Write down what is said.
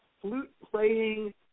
flute-playing